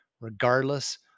regardless